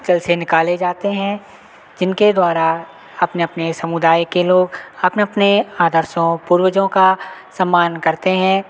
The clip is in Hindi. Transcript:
जलसे निकाले जाते हैं जिनके द्वारा अपने अपने समुदाय के लोग अपने अपने आदरसों पूर्वजों का सम्मान करते हैं